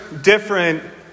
different